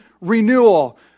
renewal